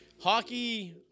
Hockey